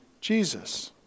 Jesus